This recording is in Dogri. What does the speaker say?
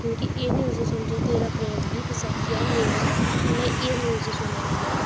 एह् न्यूज सुनी दी ऐ के तेरां अप्रैल गी बैसाखी दा मेला ऐ एह् न्यूज ऐ सुनी दी मीं